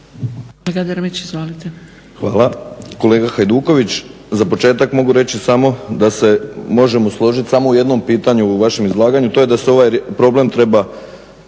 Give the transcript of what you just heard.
Hvala.